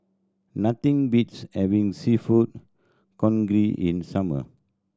nothing beats having Seafood Congee in summer